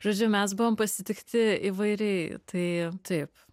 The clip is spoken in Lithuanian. žodžiu mes buvom pasitikti įvairiai tai taip